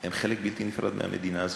הם חלק בלתי נפרד מהמדינה הזאת.